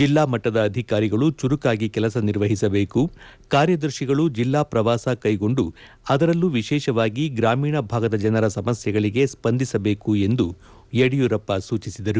ಜಿಲ್ಲಾ ಮಟ್ಟದ ಅಧಿಕಾರಿಗಳು ಚುರುಕಾಗಿ ಕೆಲಸ ನಿರ್ವಹಿಸಬೇಕು ಕಾರ್ಯದರ್ಶಿಗಳು ಜಿಲ್ಲಾ ಪ್ರವಾಸ ಕೈಗೊಂಡು ಅದರಲ್ಲೂ ವಿಶೇಷವಾಗಿ ಗ್ರಾಮೀಣ ಭಾಗದ ಜನರ ಸಮಸ್ಯೆಗಳಿಗೆ ಸ್ವಂದಿಸಬೇಕು ಎಂದು ಯಡಿಯೂರಪ್ಪ ಸೂಚಿಸಿದರು